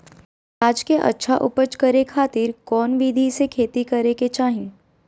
प्याज के अच्छा उपज करे खातिर कौन विधि से खेती करे के चाही?